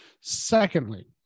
Secondly